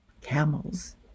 camels